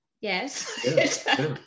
yes